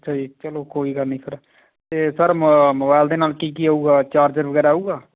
ਅੱਛਾ ਜੀ ਚਲੋ ਕੋਈ ਗੱਲ ਨਹੀਂ ਸਰ ਅਤੇ ਸਰ ਮ ਮੋਬਾਇਲ ਦੇ ਨਾਲ ਕੀ ਕੀ ਆਊਗਾ ਚਾਰਜਰ ਵਗੈਰਾ ਆਊਗਾ